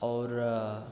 आओर